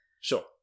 Sure